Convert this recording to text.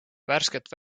värsket